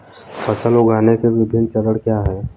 फसल उगाने के विभिन्न चरण क्या हैं?